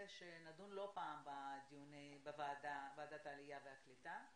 שנדון לא פעם בדיוני ועדת העלייה והקליטה,